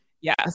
yes